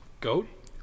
goat